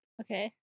Okay